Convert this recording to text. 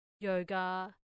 yoga